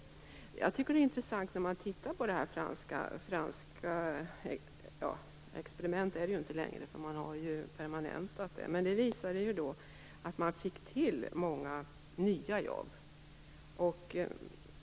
Jag tycker att det är intressant att titta på det här franska experimentet - fast ett experiment är det ju inte längre eftersom man har permanentat det. Det visar att man fick till många nya jobb.